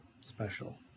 special